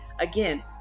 again